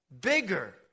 bigger